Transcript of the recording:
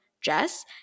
Jess